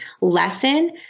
lesson